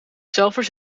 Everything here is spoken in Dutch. zelvers